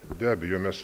be abejo mes